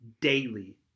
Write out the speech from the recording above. daily